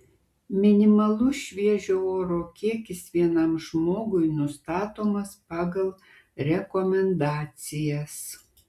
minimalus šviežio oro kiekis vienam žmogui nustatomas pagal rekomendacijas